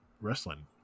wrestling